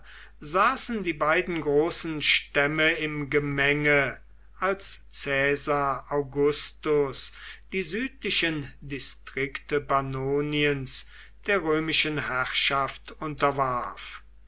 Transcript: saßen die beiden großen stämme im gemenge als caesar augustus die südlichen distrikte pannoniens der römischen herrschaft